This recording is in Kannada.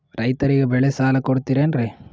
ರೈತರಿಗೆ ಬೆಳೆ ಸಾಲ ಕೊಡ್ತಿರೇನ್ರಿ?